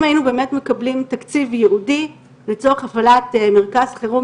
אם היינו באמת מקבלים תקציב ייעודי לצורך הקמת מרכז חירום